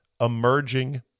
Emerging